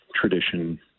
tradition